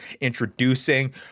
introducing